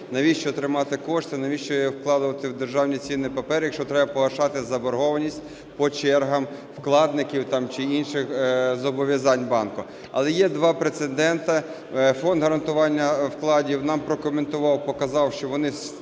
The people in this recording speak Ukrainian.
навіщо тримати кошти, навіщо їх вклали в державні цінні папери, якщо треба погашати заборгованість по чергам вкладників чи інших зобов'язань банку? Але є два прецеденти. Фонд гарантування вкладів нам прокоментував, показав, що вони